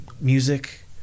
music